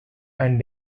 and